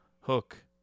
hook